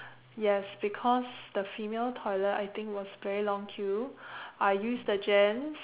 yes because the female toilet I think was very long queue I used the gents